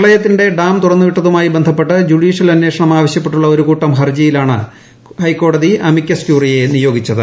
പ്രളയത്തിനിടെ dam തുറന്നുവിട്ടതുമായി ബന്ധപ്പെട്ട് judicial അന്വേഷണം ആവശ്യപ്പെട്ടുള്ള ഒരുകൂട്ടം ഹർജിയിലാണ് ഹൈക്കോടതി അമിക്കസ് ക്യൂറിയെ നിയോഗിച്ചത്